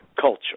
culture